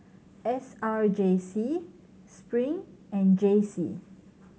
S R J C Spring and J C